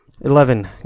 Eleven